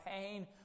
pain